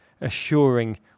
assuring